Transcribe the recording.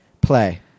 play